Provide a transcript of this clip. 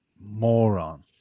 moron